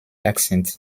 accent